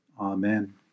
Amen